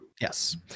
Yes